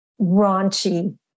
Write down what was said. raunchy